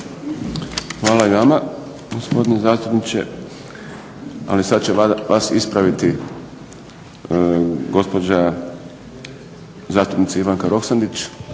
Hvala i vama gospodine zastupniče. Sada će vas ispraviti gospođa zastupnica Ivanka Roksandić